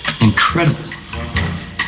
incredible